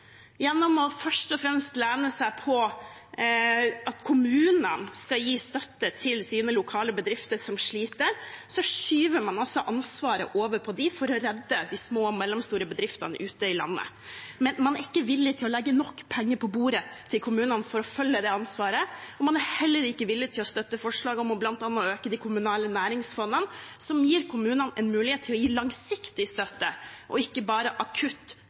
Gjennom først og fremst å lene seg på at kommunene skal gi støtte til sine lokale bedrifter som sliter, skyver man altså ansvaret over på dem, for å redde de små og mellomstore bedriftene ute i landet. Men man er ikke villig til å legge nok penger på bordet til kommunene for å følge opp det ansvaret, og man er heller ikke villig til å støtte forslag om bl.a. å øke de kommunale næringsfondene, som gir kommunene en mulighet til å gi langsiktig støtte og ikke bare akutt